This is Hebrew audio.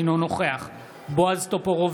אינו נוכח בועז טופורובסקי,